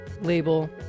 label